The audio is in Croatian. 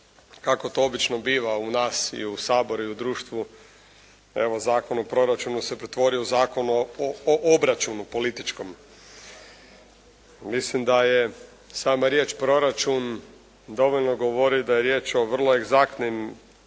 kako to obično biva u nas i u Saboru i u društvu evo Zakon o proračun se pretvorio u Zakon o obračunu političkom. Mislim da je sama riječ proračun dovoljno govori da je riječ o vrlo egzaktnim i